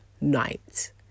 night